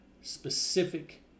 specific